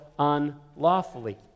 unlawfully